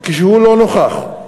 כשהעצור לא נוכח.